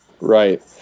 right